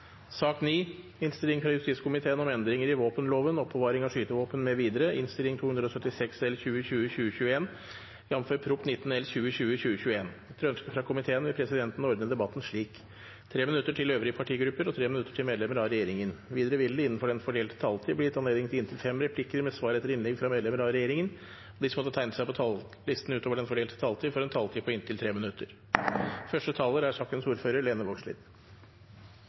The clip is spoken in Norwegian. om ordet til sak nr. 8. Etter ønske fra justiskomiteen vil presidenten ordne debatten slik: 3 minutter til hver partigruppe og 3 minutter til medlemmer av regjeringen. Videre vil det – innenfor den fordelte taletid – bli gitt anledning til inntil fem replikker med svar etter innlegg fra medlemmer av regjeringen, og de som måtte tegne seg på talerlisten utover den fordelte taletid, får også en taletid på inntil 3 minutter. Denne saka er